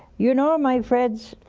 you know, my friends,